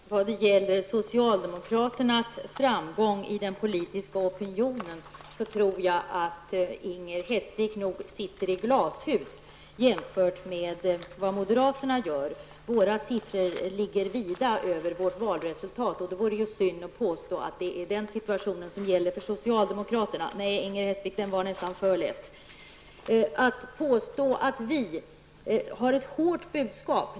Herr talman! Vad gäller socialdemokraternas framgång i den politiska opinionen tror jag att Inger Hestvik nog sitter i glashus jämfört med vad moderaterna gör. Våra siffror ligger vida över vårt senaste valresultat. Det vore synd att påstå att samma situation gäller för socialdemokraterna. Den som gräver en grop -- Ja, det är lätt att falla i. Inger Hestvik påstår att vi för fram ett hårt budskap.